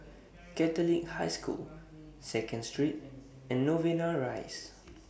Catholic High School Second Street and Novena Rise